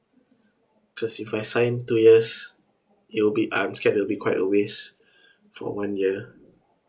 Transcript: because if I sign two years it'll be uh I'm scared it'll be quite a waste for one year